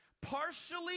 Partially